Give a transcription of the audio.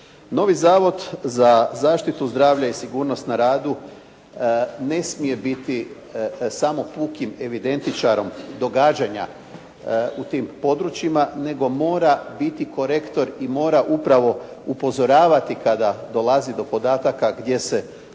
Novi Zavod za zaštitu zdravlja i sigurnost na radu ne smije biti samo pukim evidentičarom događanja u tim područjima, nego mora biti korektor i mora upravo upozoravati kada dolazi do podataka gdje se